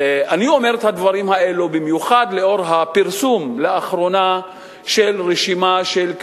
אני אומר את הדברים האלה במיוחד לנוכח הפרסום לאחרונה של הכבישים,